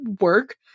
work